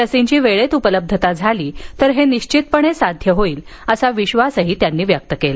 लसींची वेळेत उपलब्धता झाली तर निश्चितपणे हे सध्या होईल असा विश्वासही त्यांनी व्यक्त केला